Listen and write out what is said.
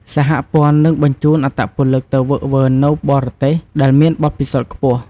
សហព័ន្ធនឹងបញ្ជូនអត្តពលិកទៅហ្វឹកហ្វឺននៅបរទេសដែលមានបទពិសោធន៍ខ្ពស់។